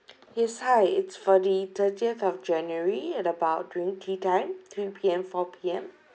yes hi it's for the thirtieth of january at about during tea time three P_M four P_M